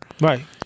Right